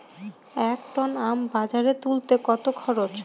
এক টন আম বাজারে তুলতে কত খরচ?